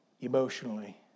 emotionally